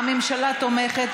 הממשלה תומכת,